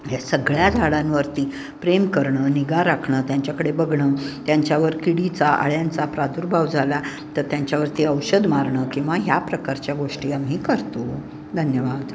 ह्या सगळ्या झाडांवरती प्रेम करणं निगा राखणं त्यांच्याकडे बघणं त्यांच्यावर किडीचा आळ्यांचा प्रादुर्भाव झाला तर त्यांच्यावरती औषध मारणं किंवा ह्या प्रकारच्या गोष्टी आम्ही करतो धन्यवाद